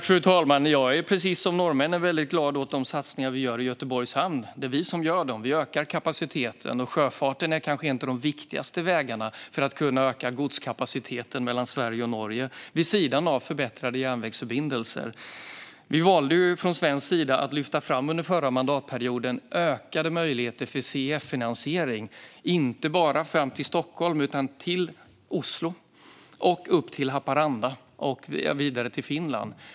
Fru talman! Jag är precis som norrmännen väldigt glad åt de satsningar vi gör i Göteborgs hamn. Det är vi som gör dem. Vi ökar kapaciteten. Sjöfarten är kanske en av de viktigaste vägarna för att kunna öka godskapaciteten mellan Sverige och Norge, vid sidan av förbättrade järnvägsförbindelser. Vi valde från svensk sida att under förra mandatperioden lyfta fram ökade möjligheter för CEF-finansiering inte bara fram till Stockholm utan till Oslo, upp till Haparanda och vidare till Finland.